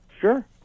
Sure